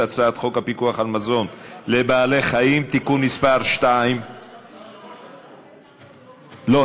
הצעת חוק הפיקוח על מזון לבעלי-חיים (תיקון מס' 2). לא,